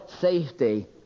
safety